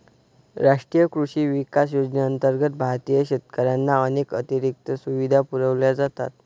राष्ट्रीय कृषी विकास योजनेअंतर्गत भारतीय शेतकऱ्यांना अनेक अतिरिक्त सुविधा पुरवल्या जातात